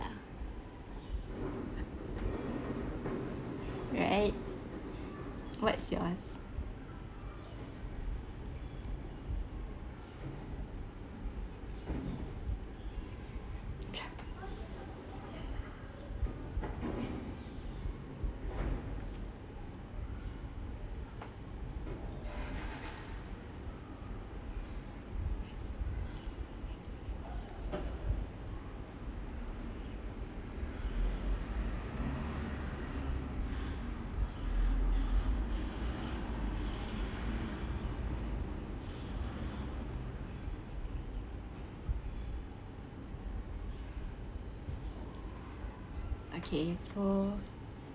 right what's yours okay so